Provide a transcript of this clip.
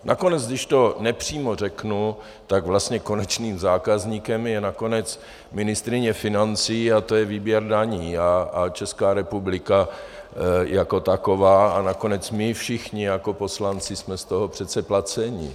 Nakonec když to nepřímo řeknu, tak vlastně konečným zákazníkem je nakonec ministryně financí, a to je výběr daní a Česká republika jako taková a nakonec my všichni jako poslanci jsme z toho přece placeni.